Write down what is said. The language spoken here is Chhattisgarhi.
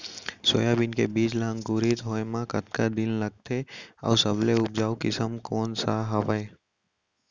सोयाबीन के बीज ला अंकुरित होय म कतका दिन लगथे, अऊ सबले उपजाऊ किसम कोन सा हवये?